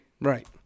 right